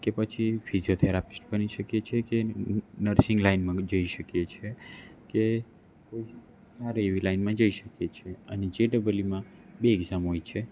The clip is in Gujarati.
કે પછી ફીઝીઓથેરાપિસ્ટ બની શકીએ છીએ કે નર્સિંગ લાઇનમાં જઈ શકીએ છીએ કે કોઈ સારી એવી લાઇનમાં જઈ શકીએ છીએ અને જેડબલઈમાં બે એક્ઝામ હોય છે